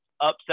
upset